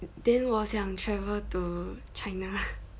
then 我想 travel to china